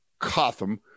Cotham